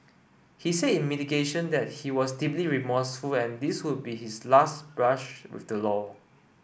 he said in mitigation that he was deeply remorseful and this would be his last brush with the law